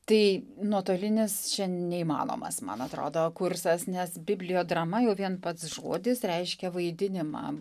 tai nuotolinis čia neįmanomas man atrodo kursas nes biblijodrama jau vien pats žodis reiškia vaidinimą